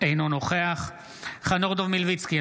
אינו נוכח חנוך דב מלביצקי,